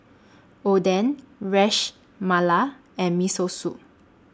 Oden Ras Malai and Miso Soup